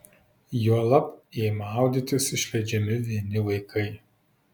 juolab jei maudytis išleidžiami vieni vaikai